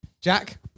Jack